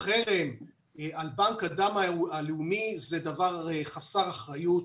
חרם על בנק הדם הלאומי זה דבר חסר אחריות,